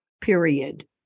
period